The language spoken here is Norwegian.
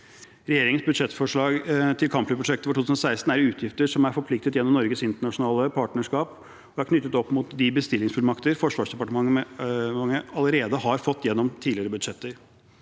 Regjeringens budsjettforslag til kampflyprosjektet for 2016 er utgifter som er forpliktet gjennom Norges internasjonale partnerskap og er knyttet opp mot de bestillingsfullmakter Forsvarsdepartementet allerede har fått gjennom tidligere budsjetter.